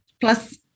Plus